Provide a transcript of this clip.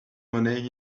money